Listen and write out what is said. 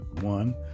one